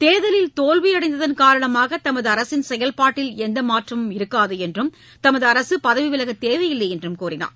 தேர்தலில் தோல்வியடைந்ததன் காரணமாக தமது அரசின் செயல்பாட்டில் எந்த மாற்றமும் இருக்காது என்றும் தமது அரசு பதவி விலகத் தேவையில்லை என்றும் கூறினார்